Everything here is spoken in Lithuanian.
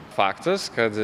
faktas kad